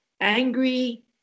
angry